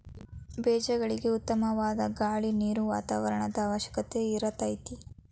ಬೇಜಗಳಿಗೆ ಉತ್ತಮವಾದ ಗಾಳಿ ನೇರು ವಾತಾವರಣದ ಅವಶ್ಯಕತೆ ಇರತತಿ